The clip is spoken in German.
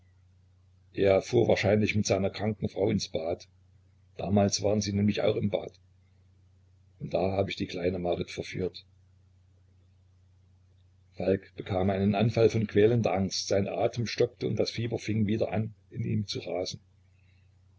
er fuhr wahrscheinlich mit seiner kranken frau ins bad damals waren sie nämlich auch im bad und da habe ich die kleine marit verführt falk bekam einen anfall von quälender angst sein atem stockte und das fieber fing wieder in ihm zu rasen